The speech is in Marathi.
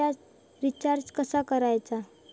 रिचार्ज कसा करायचा?